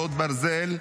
חרבות ברזל)